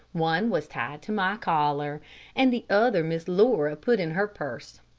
one was tied to my collar and the other miss laura put in her purse.